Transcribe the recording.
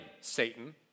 Satan